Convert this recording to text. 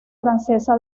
francesa